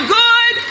good